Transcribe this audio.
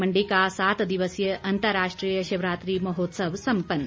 मण्डी का सात दिवसीय अंतर्राष्ट्रीय शिवरात्रि महोत्सव सम्पन्न